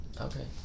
okay